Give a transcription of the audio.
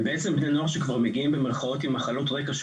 הם בעצם בני נוער שכבר מגיעים במירכאות עם "מחלות רקע"